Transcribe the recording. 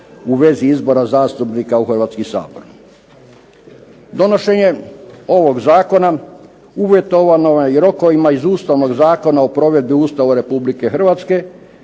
u vezi izbora zastupnika u Hrvatski sabor. Donošenjem ovog Zakona, uvjetovano je rokovima iz Ustavnog zakona o provedbi Ustava Republike Hrvatske,